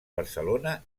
barcelona